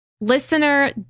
listener